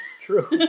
True